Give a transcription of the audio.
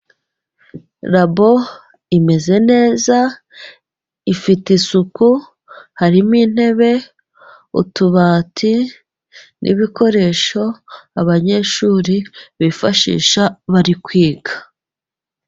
Rabo imeze neza, ifite isuku, harimo intebe, utubati n'ibikoresho abanyeshuri bifashisha bari kwiga.